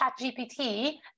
ChatGPT